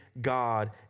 God